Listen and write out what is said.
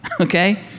okay